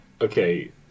Okay